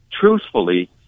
truthfully